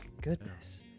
Goodness